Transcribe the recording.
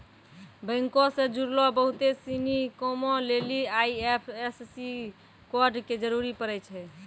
बैंको से जुड़लो बहुते सिनी कामो लेली आई.एफ.एस.सी कोड के जरूरी पड़ै छै